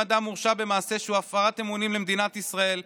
אדם הורשע במעשה שהוא הפרת אמונים למדינת ישראל,